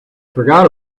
forgot